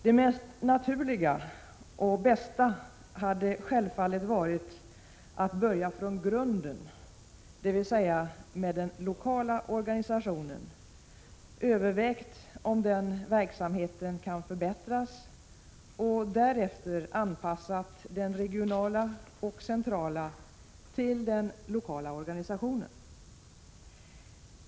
Det bästa och mest naturliga hade självfallet varit om man börjat från grunden, dvs. med den lokala organisationen, övervägt om den verksamheten kan förbättras och därefter anpassat den regionala och centrala organisationen till den lokala.